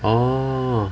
oh